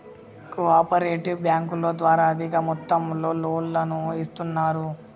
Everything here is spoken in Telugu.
కో ఆపరేటివ్ బ్యాంకుల ద్వారా అధిక మొత్తంలో లోన్లను ఇస్తున్నరు